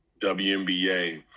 WNBA